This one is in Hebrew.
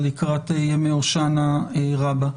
לקראת ימי הושענה רבה.